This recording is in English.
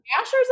Asher's